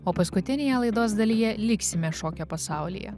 o paskutinėje laidos dalyje liksime šokio pasaulyje